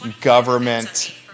government